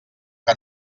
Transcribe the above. que